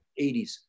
80s